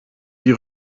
die